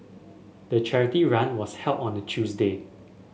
the charity run was held on a Tuesday